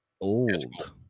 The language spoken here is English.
old